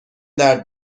درد